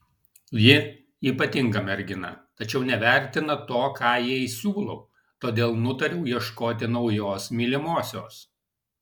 ji ypatinga mergina tačiau nevertina to ką jai siūlau todėl nutariau ieškoti naujos mylimosios